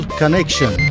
connection